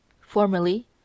Formerly